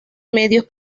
medios